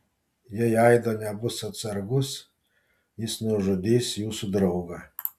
jei aido nebus atsargus jis nužudys jūsų draugą